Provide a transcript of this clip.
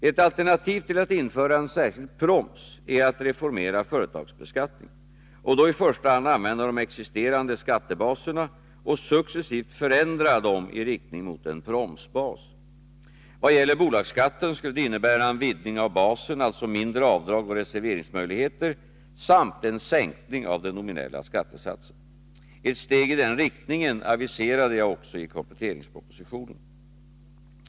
Ett alternativ till att införa en särskild proms är att reformera företagsbeskattningen och då i första hand använda de existerande skattebaserna och successivt förändra dessa i riktning mot en promsbas. Vad gäller bolagsskatten skulle det innebära en vidgning av basen — alltså mindre avdrag och reserveringsmöjligheter — samt en sänkning av den nominella skattesatsen. Ett steg i denna riktning aviserade jag också i kompletteringspropositionen.